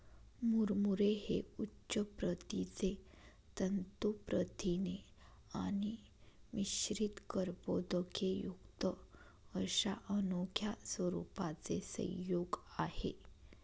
मुरमुरे हे उच्च प्रतीचे तंतू प्रथिने आणि मिश्रित कर्बोदकेयुक्त अशा अनोख्या स्वरूपाचे संयोग आहे